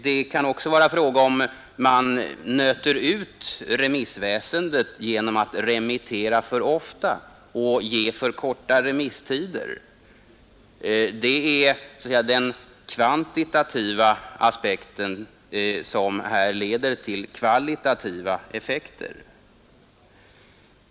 Det kan också ifrågasättas om man inte nöter ut remissväsendet genom att remittera för ofta och ge för korta remisstider. Det är så att säga den kvantitativa aspekten som här leder till kvalitativa effekter.